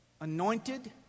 anointed